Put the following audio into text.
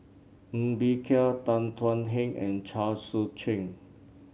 Ng Bee Kia Tan Thuan Heng and Chao Tzee Cheng